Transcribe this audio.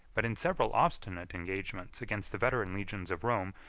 but in several obstinate engagements against the veteran legions of rome,